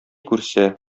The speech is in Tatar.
күрсә